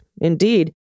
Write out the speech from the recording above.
Indeed